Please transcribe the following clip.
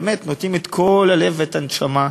באמת, נותנים את כל הלב ואת הנשמה,